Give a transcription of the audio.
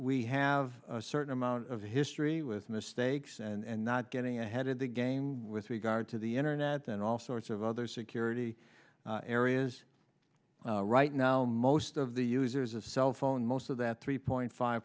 we have a certain amount of history with mistakes and not getting ahead of the game with regard to the internet and all sorts of other security areas right now most of the users of cell phone most of that three point five